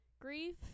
Grief